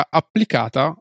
applicata